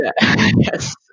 Yes